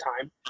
time